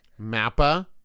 mappa